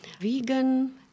vegan